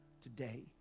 today